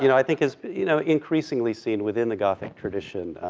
you know i think is, you know, increasingly seen within the gothic tradition,